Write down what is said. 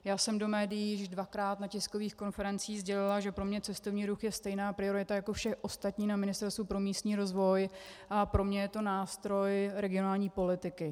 Já jsem do médií již dvakrát na tiskových konferencích sdělila, že pro mě je cestovní ruch stejná priorita jako vše ostatní na Ministerstvu pro místní rozvoj, a pro mě je to nástroj regionální politiky.